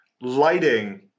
lighting